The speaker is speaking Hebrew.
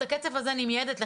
את הכסף הזה אני מייעדת ל-1,